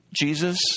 Jesus